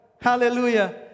Hallelujah